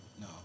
No